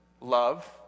Love